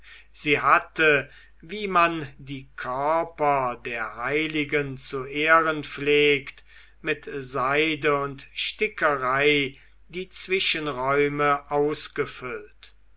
sie hatte wie man die körper der heiligen zu ehren pflegt mit seide und stickerei die zwischenräume ausgefüllt